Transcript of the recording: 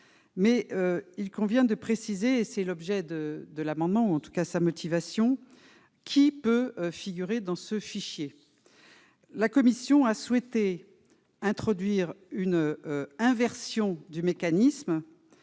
mais il convient de préciser, c'est l'objet de de l'amendement en tout cas sa motivation qui peut figurer dans ce fichier, la commission a souhaité introduire une inversion du mécanisme